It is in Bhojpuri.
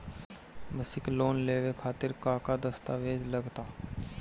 मसीक लोन लेवे खातिर का का दास्तावेज लग ता?